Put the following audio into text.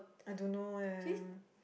I don't know eh